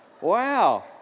Wow